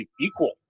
equal